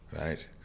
right